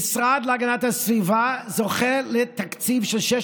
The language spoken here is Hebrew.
המשרד להגנת הסביבה זוכה לתקציב של 600